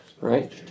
right